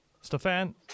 Stefan